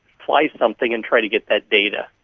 fly something and try to get that data.